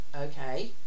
okay